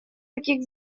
таких